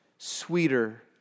sweeter